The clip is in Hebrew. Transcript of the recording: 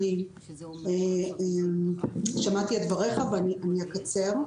שמעתי את דבריך ואקצר.